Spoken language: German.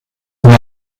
mir